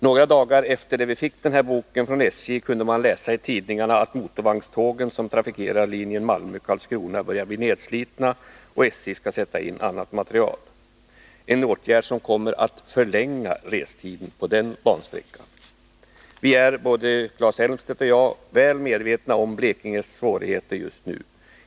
Några dagar efter det att vi fick den här boken från SJ, kunde man läsa i tidningarna att motorvagnstågen som trafikerar linjen Malmö-Karlskrona börjar bli nedslitna och att SJ skall sätta in annan materiel. Det är en åtgärd som kommer att förlänga restiden på den bansträckan. Vi är, både Claes Elmstedt och jag, väl medvetna om Blekinges svårigheter just nu.